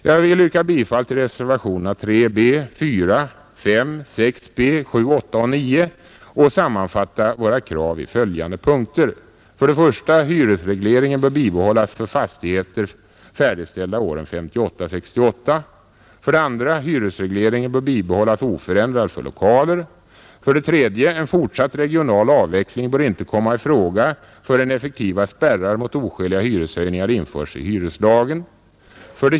Jag vill yrka bifall till reservationerna 3 b, 4, 5, 6 b, 7, 8 och 9 och sammanfattar våra krav i följande punkter, 3. En fortsatt regional avveckling bör inte komma i fråga förrän effektiva spärrar mot oskäliga hyreshöjningar införts i hyreslagen.